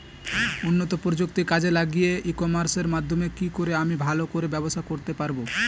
উন্নত প্রযুক্তি কাজে লাগিয়ে ই কমার্সের মাধ্যমে কি করে আমি ভালো করে ব্যবসা করতে পারব?